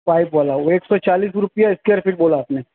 pipe والا وہ ایک سو چالیس روپیہ اسکوائر فیٹ بولا آپ نے